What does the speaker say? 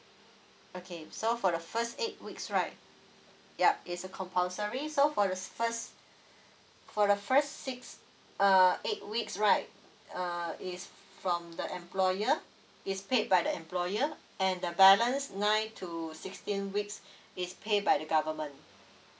okay so for the first eight weeks right yup is a compulsory so for the es~ first for the first six uh eight weeks right uh is from the employer is paid by the employer and the balance nine two sixteen weeks it's pay by the government